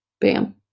bam